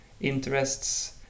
interests